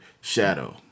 Shadow